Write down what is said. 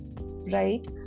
right